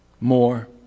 more